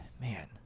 man